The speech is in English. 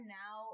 now